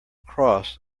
cross